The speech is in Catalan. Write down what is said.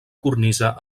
cornisa